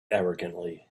arrogantly